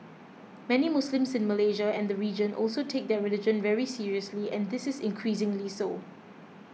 many Muslims in Malaysia and the region also take their religion very seriously and this is increasingly so